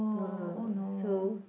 uh so